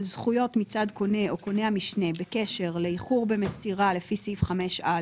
על זכויות מצד קונה או קונה המשנה בקשר לאיחור במסירה לפי סעיף 5א